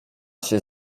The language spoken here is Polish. się